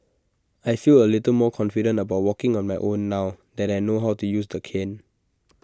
I feel A little more confident about walking on my own now that I know how to use the cane